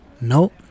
Nope